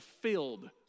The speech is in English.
filled